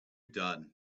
done